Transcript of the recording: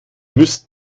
müsst